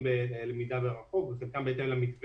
לגבי הדלתא